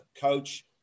coach